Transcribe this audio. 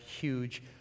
huge